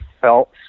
felt